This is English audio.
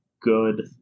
good